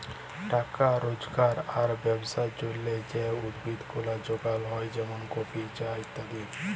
টাকা রজগার আর ব্যবসার জলহে যে উদ্ভিদ গুলা যগাল হ্যয় যেমন কফি, চা ইত্যাদি